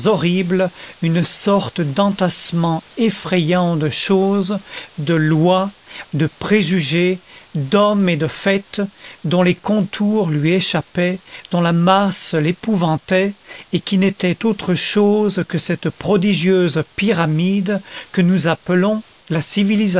horribles une sorte d'entassement effrayant de choses de lois de préjugés d'hommes et de faits dont les contours lui échappaient dont la masse l'épouvantait et qui n'était autre chose que cette prodigieuse pyramide que nous appelons la